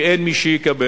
שאין מי שיקבל,